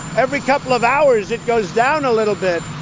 every couple of hours, it goes down a little bit.